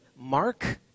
mark